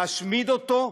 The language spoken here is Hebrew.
להשמיד אותו,